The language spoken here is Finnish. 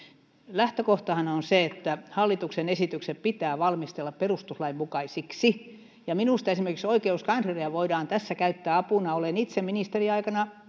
lähtökohtahan on se että hallituksen esitykset pitää valmistella perustuslain mukaisiksi ja minusta esimerkiksi oikeuskansleria voidaan tässä käyttää apuna olen itse ministeriaikanani